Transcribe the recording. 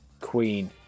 Queen